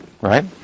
right